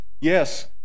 Yes